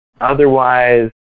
Otherwise